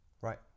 Right